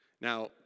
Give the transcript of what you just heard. Now